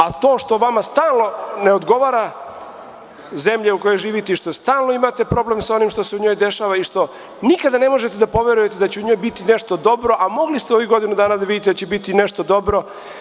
A to što vama stalno ne odgovara zemlja u kojoj živite i što stalno imate problem sa onim što se u njoj dešava i što nikada ne možete da poverujete da će u njoj biti nešto dobro, a mogli ste u ovih godinu dana da vidite da će biti nešto dobro.